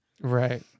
right